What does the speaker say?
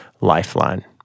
Lifeline